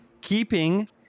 keeping